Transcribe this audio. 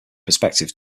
perspectives